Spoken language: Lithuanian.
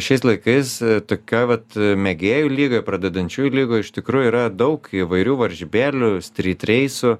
šiais laikais tokioj vat mėgėjų lygoj pradedančiųjų lygoj iš tikrųjų yra daug įvairių varžybėlių stryt reisų